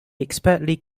expertly